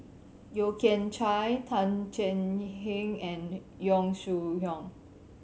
Yeo Kian Chye Tan Thuan Heng and Yong Shu Hoong